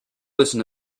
listen